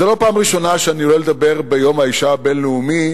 זו לא הפעם הראשונה שאני עולה לדבר ביום האשה הבין-לאומי.